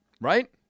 Right